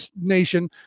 nation